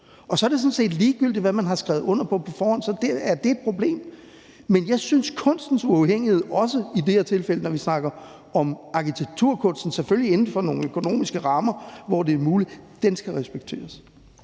det sådan set ligegyldigt, hvad man har skrevet under på på forhånd. Er det et problem? Jeg synes, kunstens uafhængighed, også i det her tilfælde, når vi snakker om arkitektur, selvfølgelig inden for nogle økonomiske rammer, hvor det er muligt, skal respekteres.